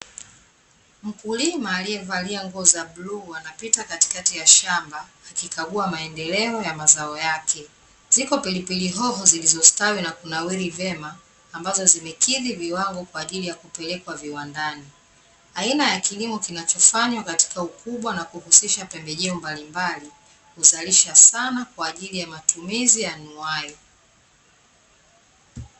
Mkulima aliyevaluia nguo za bluu anapita katikati ya shamba akikagua maendeleo ya mazao yake. Ziko pilipili hoho zilizostawi na kunawiri vyema ambazo zimekidhi viwango kwa ajili ya kupelekwa viwandani. Aina ya kilimo kinachofanywa katika ukubwa na kuhusisha pembejeo mbalimbali, huzalisha sana kwa ajili ya matumizi yanuayo.